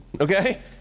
okay